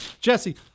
Jesse